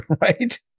right